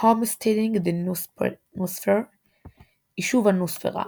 Homesteading the Noosphere יישוב הנוספרה